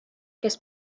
kes